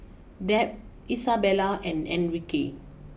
Deb Isabella and Enrique